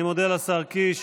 אני מודה לשר קיש.